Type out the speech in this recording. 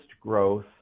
growth